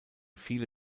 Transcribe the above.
viele